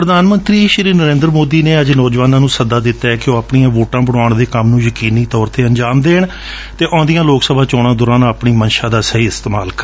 ਪ੍ਰਧਾਨ ਮੰਤਰੀ ਨਰੇਂਦਰ ਮੋਦੀ ਨੇ ਅੱਜ ਨੌਜਵਾਨਾਂ ਨੁੰ ਸੱਦਾ ਦਿੱਤੈ ਕਿ ਉਹ ਆਪਣੀਆਂ ਵੋਟਾਂ ਬਣਵਾਉਣ ਦੇ ਕੰਮ ਨੁੰ ਯਕੀਨੀ ਤੌਰ ਤੇ ਅੰਜਾਮ ਦੇਣ ਅਤੇ ਆਉਂਦੀਆਂ ਲੋਕ ਸਭਾ ਚੋਣਾਂ ਦੌਰਾਨ ਆਪਣੀ ਮੰਸਾਾ ਦਾ ਸਹੀ ਇਸਤੇਮਾਲ ਕਰਨ